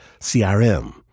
CRM